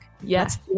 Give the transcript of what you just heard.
Yes